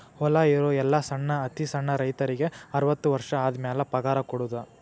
ಹೊಲಾ ಇರು ಎಲ್ಲಾ ಸಣ್ಣ ಅತಿ ಸಣ್ಣ ರೈತರಿಗೆ ಅರ್ವತ್ತು ವರ್ಷ ಆದಮ್ಯಾಲ ಪಗಾರ ಕೊಡುದ